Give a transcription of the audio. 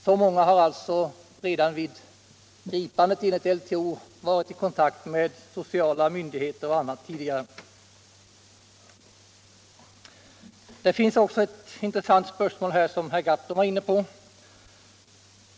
Så många har alltså redan vid gripandet enligt LTO varit i kontakt med sociala myndigheter. Det finns ett intressant spörsmål här, som herr Gahrton varit inne på.